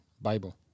Bible